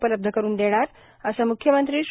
उपलब्ध करून देणार असं म्ख्यमंत्री श्री